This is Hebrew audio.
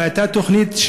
הייתה תוכנית,